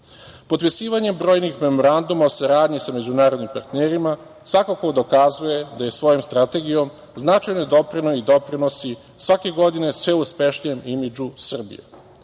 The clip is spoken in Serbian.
potpisivanjem brojnih memoranduma o saradnji sa međunarodnim partnerima, svakako dokazuje da je svojom strategijom značajno doprinela i doprinosi svake godine sve uspešnijem imidžu Srbije